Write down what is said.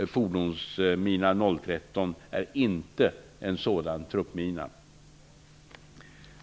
Fordonsmina 013 är inte en sådan truppmina.